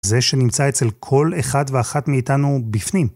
זה שנמצא אצל כל אחד ואחת מאיתנו בפנים.